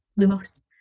Lumos